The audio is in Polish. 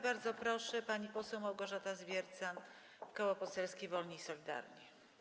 Bardzo proszę, pani poseł Małgorzata Zwiercan, Koło Poselskie Wolni i Solidarni.